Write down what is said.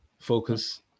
focus